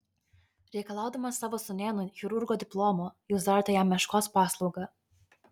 reikalaudamas savo sūnėnui chirurgo diplomo jūs darote jam meškos paslaugą